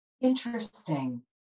Interesting